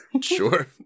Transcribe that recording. Sure